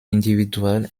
individual